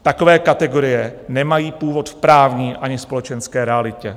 Takové kategorie nemají původ v právní ani společenské realitě.